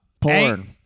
Porn